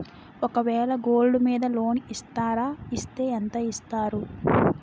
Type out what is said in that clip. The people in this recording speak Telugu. ఒక వేల గోల్డ్ మీద లోన్ ఇస్తారా? ఇస్తే ఎంత ఇస్తారు?